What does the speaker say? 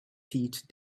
pete